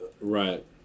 Right